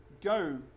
Go